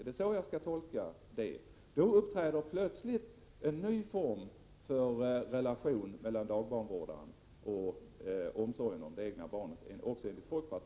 Är det så jag skall tolka det att det inom folkpartiet då plötsligt uppträder en ny form av relation mellan dagbarnvårdaren och omsorgen om det egna barnet?